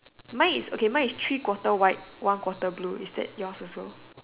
mine is okay mine is three quarter white one quarter blue is that yours also